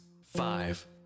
five